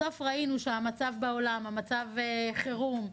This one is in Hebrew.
בסוף ראינו שהמצב בעולם, מצב חירום,